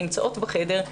או נמצאות בחדר.